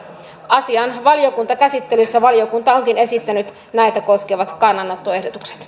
asian valiokuntakäsittelyssä valiokunta onkin esittänyt näitä koskevat kannanottoehdotukset